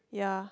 yeah